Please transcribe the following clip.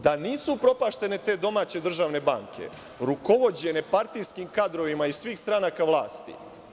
Da nisu upropaštene te domaće državne banke, rukovođene partijskim kadrovima i svih stranaka vlasti.